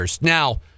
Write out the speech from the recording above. Now